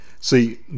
See